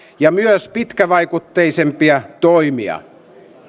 ja myös pitkävaikutteisempia toimia